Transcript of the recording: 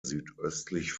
südöstlich